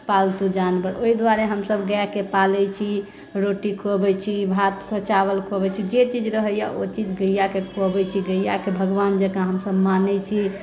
पालतू जानवर ओहि दुआरे हमसभ गायके पालैत छी रोटी खुआबैत छी भात चावल खुआबैत छी जे चीज रहैया ओ चीज गैयाके खुआबैत छी गैयाके भगवान जकाँ हमसभ मानैत छी